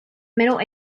middle